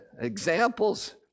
examples